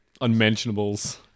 Unmentionables